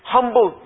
Humble